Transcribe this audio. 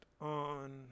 on